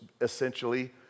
essentially